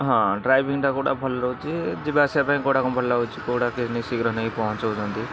ହଁ ଡ୍ରାଇଭିଂଟା କୋଉଟା ଭଲ ରହୁଛି ଯିବା ଆସିବା ପାଇଁ କୋଉଟା କମ୍ଫଟ୍ ଲାଗୁଛି କୋଉଟା ଶୀଘ୍ର ନେଇକି ପହଞ୍ଚାଉଛନ୍ତି